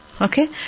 Okay